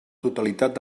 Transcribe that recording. totalitat